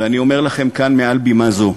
ואני אומר לכם כאן, מעל בימה זו: